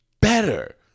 better